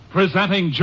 Presenting